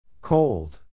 Cold